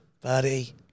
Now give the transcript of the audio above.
buddy